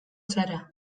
zara